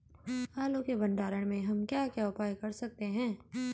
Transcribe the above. आलू के भंडारण में हम क्या क्या उपाय कर सकते हैं?